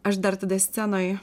aš dar tada scenoj